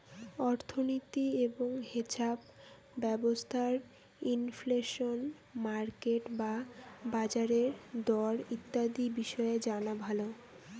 অর্থনীতি এবং হেছাপ ব্যবস্থার ইনফ্লেশন, মার্কেট বা বাজারের দর ইত্যাদি বিষয় জানা ভালো